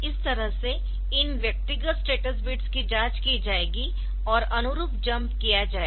इस तरह से इन व्यक्तिगत स्टेटस बिट्स की जाँच की जाएगी और अनुरूप जंप किया जाएगा